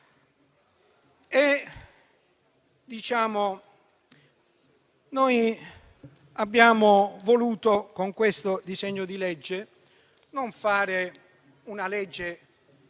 Abbiamo voluto, con questo disegno di legge, non varare una legge